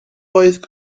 oedd